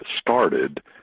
started